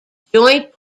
joint